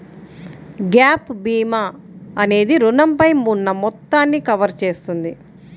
gap భీమా అనేది రుణంపై ఉన్న మొత్తాన్ని కవర్ చేస్తుంది